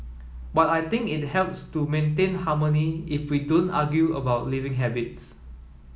but I think it helps to maintain harmony if we don't argue about living habits